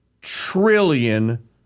trillion